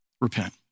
Repent